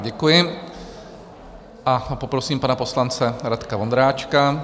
Děkuji a poprosím pana poslance Radka Vondráčka.